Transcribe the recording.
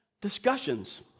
discussions